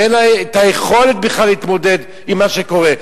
ואין יכולת בכלל להתמודד עם מה שקורה,